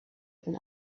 and